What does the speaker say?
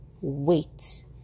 wait